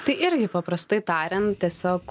tai irgi paprastai tariant tiesiog